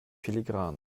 filigran